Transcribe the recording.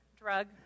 drug